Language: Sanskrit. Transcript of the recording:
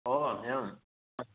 ओ एवम् अस्तु